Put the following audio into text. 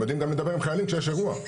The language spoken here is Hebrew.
הם יודעים גם לדבר עם חיילים כשיש אירוע.